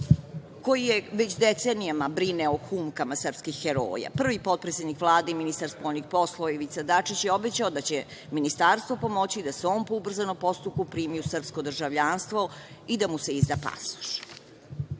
koji već decenijama brine o humkama srpskih heroja. Prvi potpredsednik Vlade i ministar spoljnih poslova Ivica Dačić je obećao da će Ministarstvo pomoći da se on po ubrzanom postupku primi u srpsko državljanstvo i da mu se izda